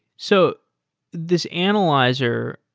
so this analyzer,